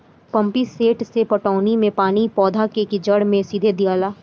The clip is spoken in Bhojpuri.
पम्पीसेट से पटौनी मे पानी पौधा के जड़ मे सीधे दियाला